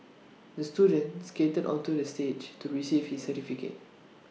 the student skated onto the stage to receive his certificate